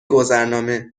گذرنامه